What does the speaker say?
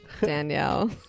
Danielle